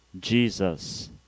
Jesus